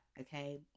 okay